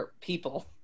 people